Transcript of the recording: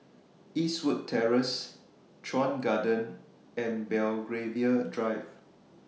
Eastwood Terrace Chuan Garden and Belgravia Drive